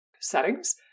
settings